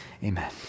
Amen